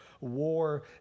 war